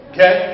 Okay